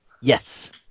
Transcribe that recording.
Yes